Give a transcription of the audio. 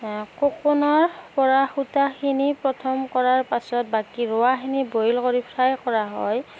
ককুনৰ পৰা সূতাখিনি প্ৰথম কৰাৰ পাছত বাকী ৰোৱাখিনি বইল কৰি ফ্ৰাই কৰা হয়